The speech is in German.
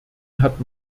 hat